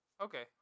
Okay